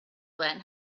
then